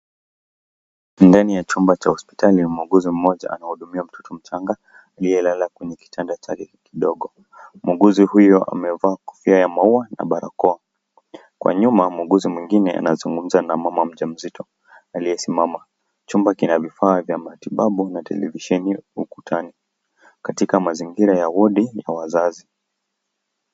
Ndani ya chumba cha hospitali, muuguzi mmoja anahudumia mtoto mchanga aliyelala kwenye kitanda chake kidogo. Muuguzi huyu amevaa kofia ya maua na barakoa, kwa nyuma muuguzi mwingine anazungumza na mama mjamzito aliyesimama, chumba kina vifaa vya matibabu na televisheni ukutani, katika mazingira ya wadi na wazazi.